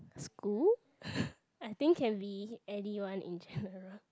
school I think can be anyone in general